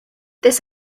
this